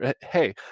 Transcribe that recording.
hey